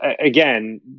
again